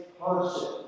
hardship